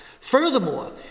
Furthermore